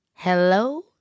Hello